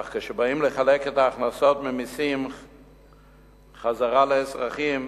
אך כשבאים לחלק את ההכנסות ממסים חזרה לאזרחים,